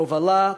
הובלה,